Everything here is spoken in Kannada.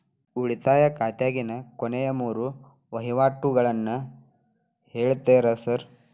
ಉಳಿತಾಯ ಖಾತ್ಯಾಗಿನ ಕೊನೆಯ ಮೂರು ವಹಿವಾಟುಗಳನ್ನ ಹೇಳ್ತೇರ ಸಾರ್?